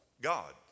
God